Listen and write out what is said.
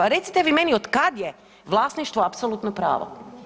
Pa recite vi meni od kada je vlasništvo apsolutno pravo?